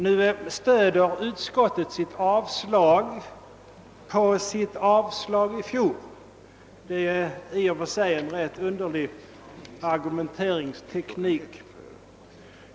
Nu stöder utskottet sitt avstyrkande på fjolårets avstyrkande — en i och för sig rätt underlig argumenteringsteknik.